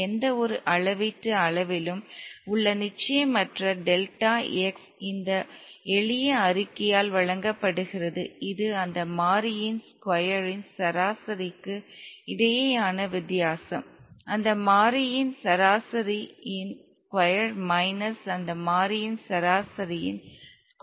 எந்தவொரு அளவீட்டு அளவிலும் உள்ள நிச்சயமற்ற டெல்டா x இந்த எளிய அறிக்கையால் வழங்கப்படுகிறது இது அந்த மாறியின் ஸ்கொயரின் சராசரிக்கு இடையேயான வித்தியாசம் அந்த மாறியின் சராசரியின் ஸ்கொயர் மைனஸ் அந்த மாறியின் சராசரியின் ஸ்கொயருக்கு ஆகும்